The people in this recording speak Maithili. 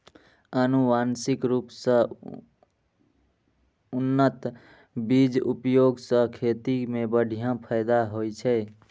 आनुवंशिक रूप सं उन्नत बीजक उपयोग सं खेती मे बढ़िया फायदा होइ छै